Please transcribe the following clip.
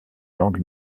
langue